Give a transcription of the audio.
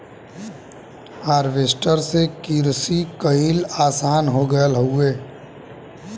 harvester से किरसी कईल आसान हो गयल हौवे